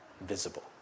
visible